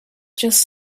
just